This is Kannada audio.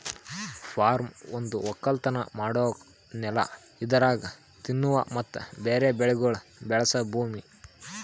ಫಾರ್ಮ್ ಒಂದು ಒಕ್ಕಲತನ ಮಾಡೋ ನೆಲ ಇದರಾಗ್ ತಿನ್ನುವ ಮತ್ತ ಬೇರೆ ಬೆಳಿಗೊಳ್ ಬೆಳಸ ಭೂಮಿ